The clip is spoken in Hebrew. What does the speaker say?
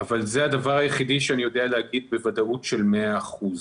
אבל זה הדבר היחידי שאני יודע לומר בוודאות של 100 אחוזים.